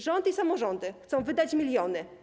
Rząd i samorządy chcą wydać miliony.